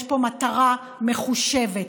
יש פה מטרה מחושבת.